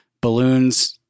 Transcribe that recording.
balloons –